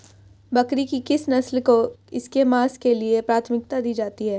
बकरी की किस नस्ल को इसके मांस के लिए प्राथमिकता दी जाती है?